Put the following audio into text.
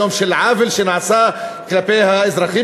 כיום של עוול שנעשה כלפי האזרחים